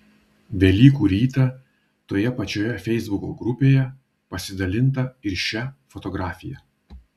velykų rytą toje pačioje feisbuko grupėje pasidalinta ir šia fotografija